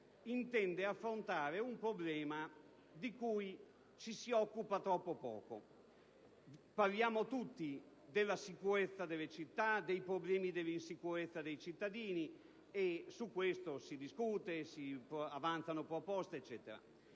intende affrontare un problema di cui ci si occupa troppo poco. Parliamo tutti della sicurezza delle città, dei problemi dell'insicurezza dei cittadini, e su questo si discute, si avanzano proposte.